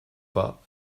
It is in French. pas